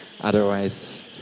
otherwise